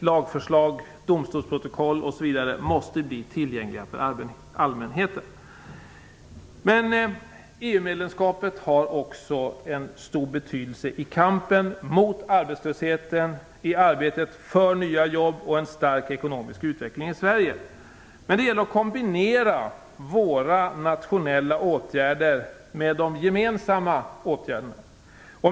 Lagförslag, domstolsprotokoll, osv. måste bli tillgängliga för allmänheten. EU-medlemskapet har också stor betydelse i kampen mot arbetslöshet, i arbetet för nya jobb och en stark ekonomisk utveckling i Sverige. Men det gäller att kombinera våra nationella åtgärder med de gemensamma åtgärderna.